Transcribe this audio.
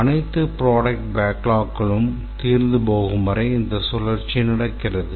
அனைத்து ப்ரோடக்ட் பேக்லாக்களும் தீர்ந்துபோகும் வரை இந்த சுழற்சி தொடர்கிறது